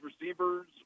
receivers